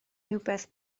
rhywbeth